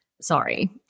Sorry